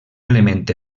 element